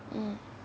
mm